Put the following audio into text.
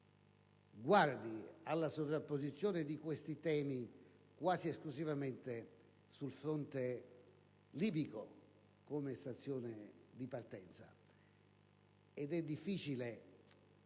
guarda alla sovrapposizione di questi temi quasi esclusivamente sul fronte libico come stazione di partenza: è difficile ritenere